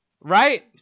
Right